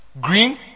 Green